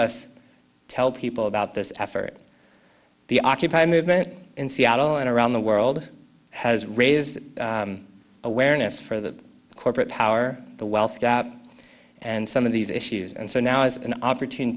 us tell people about this effort the occupy movement in seattle and around the world has raised awareness for the corporate power the wealth and some of these issues and so now is an opportune